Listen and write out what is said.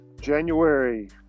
January